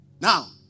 Now